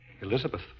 Elizabeth